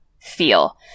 feel